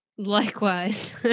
Likewise